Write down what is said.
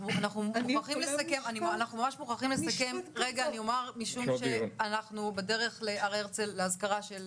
אנחנו מוכרחים לסכם משום שאנחנו בדרך להר הרצל להזכרה של